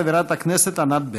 חברת הכנסת ענת ברקו.